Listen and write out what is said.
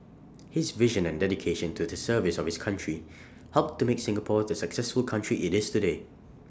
his vision and dedication to the service of his country helped to make Singapore the successful country IT is today